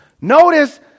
Notice